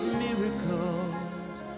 miracles